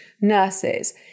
nurses